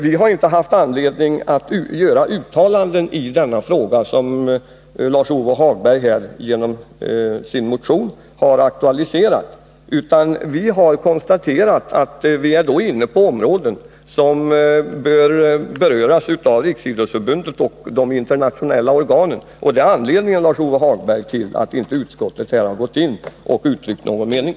Vi har inte haft anledning att göra ett uttalande i denna fråga, som Lars-Ove Hagberg aktualiserat genom sin motion, utan vi har konstaterat att det gäller ärenden som bör handläggas av Riksidrottsförbundet och de internationella organen. Detta är, Lars-Ove Hagberg, anledningen till att utskottet härvidlag inte givit uttryck åt någon mening.